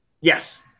Yes